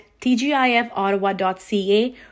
TGIFOttawa.ca